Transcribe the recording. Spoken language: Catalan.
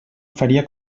faria